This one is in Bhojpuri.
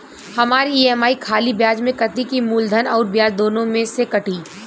हमार ई.एम.आई खाली ब्याज में कती की मूलधन अउर ब्याज दोनों में से कटी?